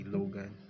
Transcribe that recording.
Logan